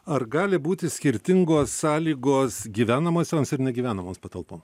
ar gali būti skirtingos sąlygos gyvenamosioms ir negyvenamoms patalpoms